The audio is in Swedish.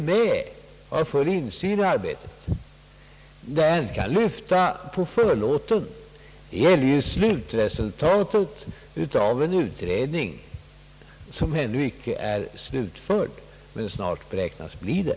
Mitt uttalande att jag inte kan lyfta på förlåten gäller resultatet av en utredning som inte är slutförd men som snart beräknas bli det.